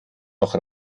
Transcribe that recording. noch